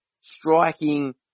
striking